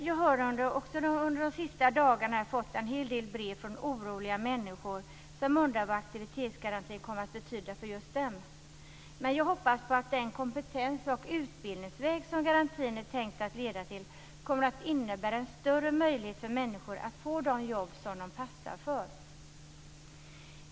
Jag har under de senaste dagarna fått en hel del brev från oroliga människor som undrar vad aktivitetsgarantin kommer att betyda för just dem. Jag kan bara hoppas att den kompetens och utbildningsväg som garantin är tänkt att leda till kommer att innebära större möjligheter för människor att få de jobb som de passar för.